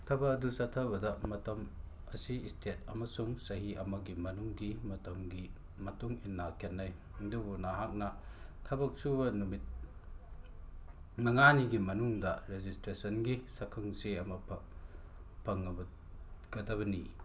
ꯊꯕꯛ ꯑꯗꯨ ꯆꯠꯊꯕꯗ ꯃꯇꯝ ꯑꯁꯤ ꯁꯏꯇꯦꯠ ꯑꯃꯁꯨꯡ ꯆꯍꯤ ꯑꯃꯒꯤ ꯃꯅꯨꯡꯒꯤ ꯃꯇꯝꯒꯤ ꯃꯇꯨꯡ ꯏꯟꯅ ꯈꯦꯠꯅꯩ ꯑꯗꯨꯕꯨ ꯅꯍꯥꯛꯅ ꯊꯕꯛ ꯁꯨꯕ ꯅꯨꯃꯤꯠ ꯃꯉꯥꯅꯤꯒꯤ ꯃꯅꯨꯡꯗ ꯔꯦꯖꯤꯁꯇ꯭ꯔꯦꯁꯟꯒꯤ ꯁꯛꯈꯪ ꯆꯦ ꯑꯃ ꯐꯪꯉꯛꯀꯗꯕꯅꯤ